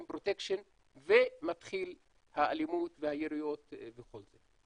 פרוטקשן ומתחילה אלימות ויריות וכל זה.